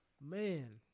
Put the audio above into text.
Man